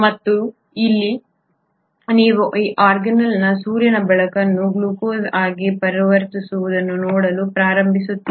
ಮತ್ತು ಇಲ್ಲಿ ನೀವು ಈ ಆರ್ಗಾನ್ಯಿಲ್ ಅಲ್ಲಿ ಸೂರ್ಯನ ಬೆಳಕನ್ನು ಗ್ಲೂಕೋಸ್ ಆಗಿ ಪರಿವರ್ತಿಸುವುದನ್ನು ನೋಡಲು ಪ್ರಾರಂಭಿಸುತ್ತೀರಿ